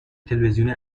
تلویزیونی